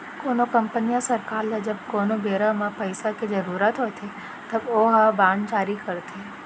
कोनो कंपनी या सरकार ल जब कोनो बेरा म पइसा के जरुरत होथे तब ओहा बांड जारी करथे